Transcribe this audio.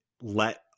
let